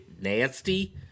nasty